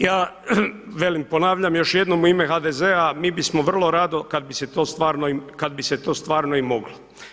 Ja velim, ponavljam još jednom u ime HDZ-a mi bi smo vrlo rado kad bi se to stvarno i moglo.